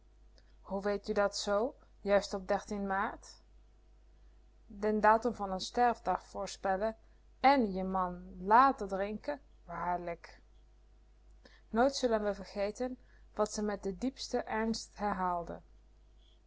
hoe weet u dat zoo juist op dertien aar en dat van n sterfdag voorspellen èn je man laten drinken waarlijk nooit zullen we vergeten wat ze met diepsten ernst